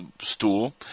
stool